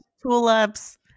tulips